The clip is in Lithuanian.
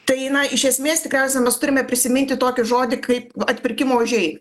tai iš esmės tikriausia mes turime prisiminti tokį žodį kaip atpirkimo ožiai